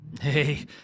Hey